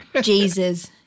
Jesus